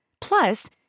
Plus